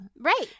right